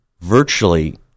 virtually